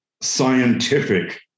scientific